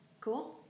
Cool